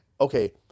okay